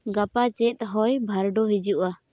ᱜᱟᱯᱟ ᱪᱮᱫ ᱦᱚᱭ ᱵᱷᱟᱨᱰᱩ ᱦᱤᱡᱩᱜᱼᱟ